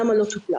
למה לא טופלה,